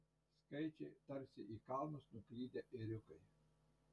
skaičiai tarsi į kalnus nuklydę ėriukai